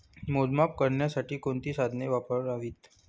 मोजमाप करण्यासाठी कोणती साधने वापरावीत?